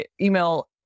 email